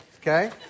Okay